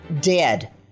dead